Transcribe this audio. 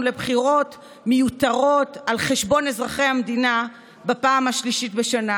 לבחירות מיותרות על חשבון אזרחי המדינה בפעם השלישית בשנה,